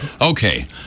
Okay